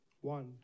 one